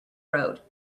road